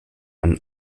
ein